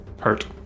hurt